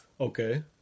Okay